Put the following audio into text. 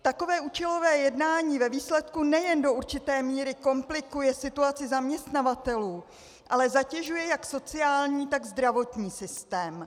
Takové účelové jednání ve výsledku nejen do určité míry komplikuje situaci zaměstnavatelů, ale zatěžuje jak sociální, tak zdravotní systém.